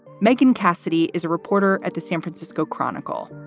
megan cassidy is a reporter at the san francisco chronicle